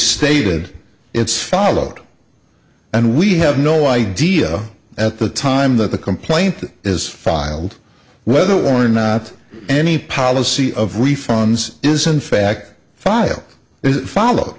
stated it's followed and we have no idea at the time that the complaint is filed whether or not any policy of refunds is in fact file is follow